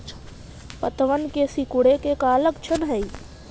पत्तबन के सिकुड़े के का लक्षण हई?